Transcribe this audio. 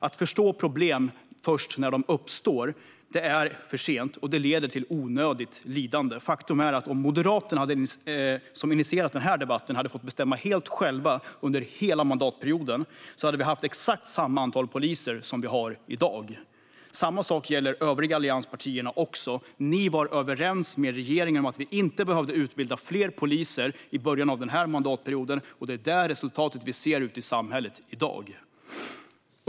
Att förstå problem först när de uppstår är för sent och leder till onödigt lidande. Faktum är att om Moderaterna, som initierat den här debatten, hade fått bestämma helt själva under hela den här mandatperioden hade vi haft exakt samma antal poliser som vi har i dag. Samma sak gäller de övriga allianspartierna. Ni var i början av mandatperioden överens med regeringen om att vi inte behövde utbilda fler poliser. Det ser vi resultatet av ute i samhället i dag.